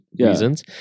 reasons